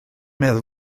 meddwl